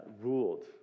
ruled